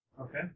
Okay